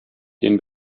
den